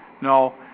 no